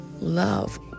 love